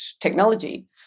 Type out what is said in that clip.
technology